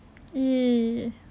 !ee!